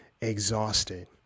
exhausted